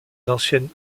l’ancienne